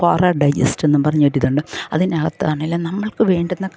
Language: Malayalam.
ക്വാറ ഡൈജസ്റ്റെന്നും പറഞ്ഞൊരിതുണ്ട് അതിനകത്താണേൽ നമ്മൾക്ക് വേണ്ടുന്ന